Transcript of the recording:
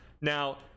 Now